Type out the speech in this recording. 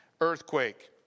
earthquake